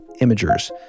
imagers